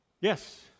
Yes